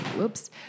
Oops